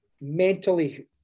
mentally